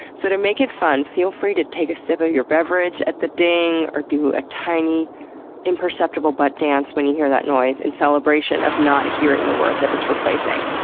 so, to make it fun, feel free to take a sip of your beverage at the ding or do a tiny imperceptible butt dance when you hear that noise in celebration of not hearing the word that it's replacing.